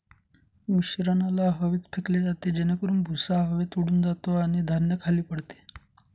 मिश्रणाला हवेत फेकले जाते जेणेकरून भुसा हवेत उडून जातो आणि धान्य खाली पडते